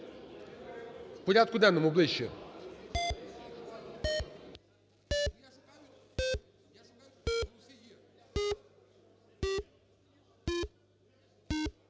У порядку денному ближче.